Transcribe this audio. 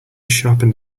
sharpened